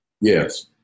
Yes